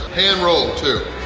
hand-rolled, too!